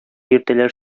йөртәләр